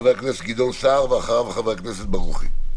חבר הכנסת גדעון סער ואחריו חבר הכנסת ברוכי.